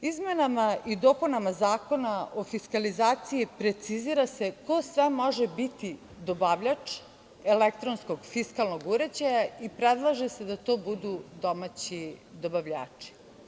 Izmenama i dopunama Zakona o fiskalizaciji precizira se ko sve može biti dobavljač elektronskog fiskalnog uređaja i predlaže se da to budu domaći dobavljači.